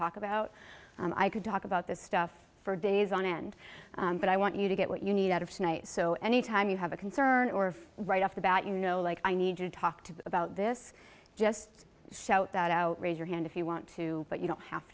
talk about i could talk about this stuff for days on end but i want you to get what you need out of tonight so any time you have a concern or right off the bat you know like i need to talk to about this just shout that out raise your hand if you want to but you don't have